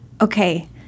okay